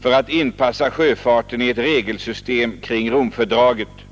för att inpassa sjöfarten i ett regelsystem kring Romfördraget?